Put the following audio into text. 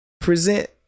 Present